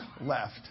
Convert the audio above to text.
left